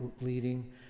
leading